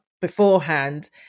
beforehand